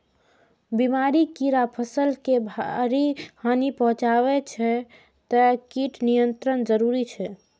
बीमारी, कीड़ा फसल के भारी हानि पहुंचाबै छै, तें कीट नियंत्रण जरूरी छै